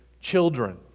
children